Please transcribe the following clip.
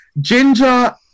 Ginger